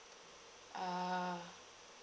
uh